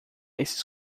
esses